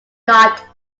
guard